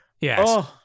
Yes